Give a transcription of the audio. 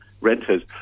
renters